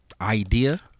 idea